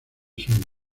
sueño